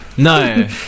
No